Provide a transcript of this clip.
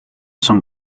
son